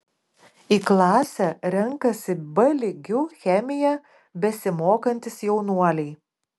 į klasę renkasi b lygiu chemiją besimokantys jaunuoliai